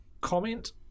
comment